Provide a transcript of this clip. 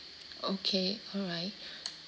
okay alright